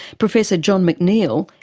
professor john mcneil,